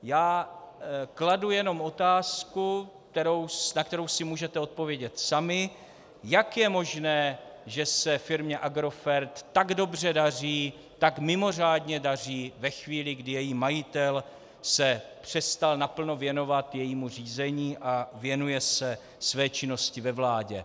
Já kladu jenom otázku, na kterou si můžete odpovědět sami, jak je možné, že se firmě Agrofert tak dobře daří, tak mimořádně daří ve chvíli, kdy její majitel se přestal naplno věnovat jejímu řízení a věnuje se své činnosti ve vládě.